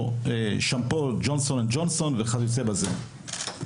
או שמפו ג'ונסון את ג'ונסון וכיוצא בזה.